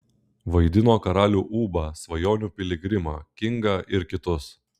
vaidino karalių ūbą svajonių piligrimą kingą ir kitus